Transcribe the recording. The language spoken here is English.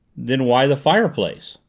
then why the fireplace?